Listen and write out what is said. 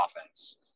offense